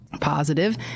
positive